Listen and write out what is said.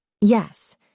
Yes